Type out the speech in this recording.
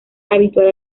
habitual